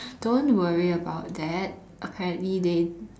don't worry about that apparently they